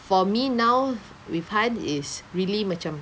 for me now with Han is really macam